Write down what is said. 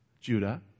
Judah